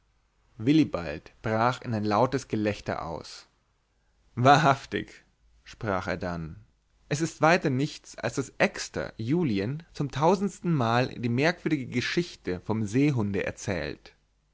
willibald brach in ein lautes gelächter aus wahrhaftig sprach er dann es ist weiter nichts als daß exter julien zum tausendstenmal die merkwürdige geschichte vom seehunde erzählt